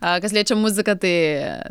a kas liečia muziką tai